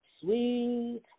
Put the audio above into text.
sweet